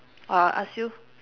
or I ask you